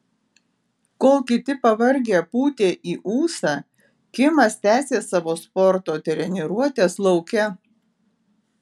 kol kiti pavargę pūtė į ūsą kimas tęsė savo sporto treniruotes lauke